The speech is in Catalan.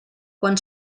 quan